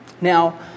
Now